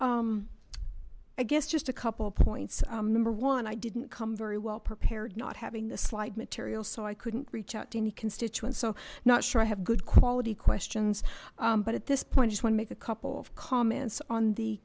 paul i guess just a couple of points number one i didn't come very well prepared not having the slide material so i couldn't reach out to any constituents so not sure i have good quality questions but at this point just one make a couple of comments on the